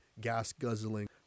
gas-guzzling